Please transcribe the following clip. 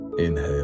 inhale